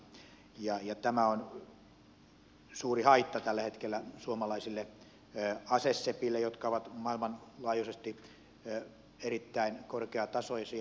tämä on suuri haitta tällä hetkellä suomalaisille asesepille jotka ovat maailmanlaajuisesti erittäin korkeatasoisia